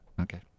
Okay